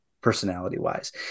personality-wise